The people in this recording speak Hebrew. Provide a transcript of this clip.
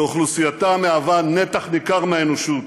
שאוכלוסייתה היא נתח ניכר מהאנושות.